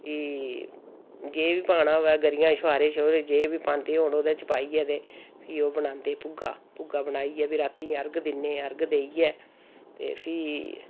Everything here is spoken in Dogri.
फ्ही जे बी पाना होऐ गरियां शुहारे शूरे जे बी पांदे होन ओह्दे च पाइयै ते फ्ही ओह् बनांदे भुग्गा भुग्गा बनाइयै फ्ही रातीं गै अर्ग दिन्ने अर्ग देइयै ते फ्ही